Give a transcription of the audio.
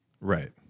right